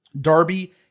Darby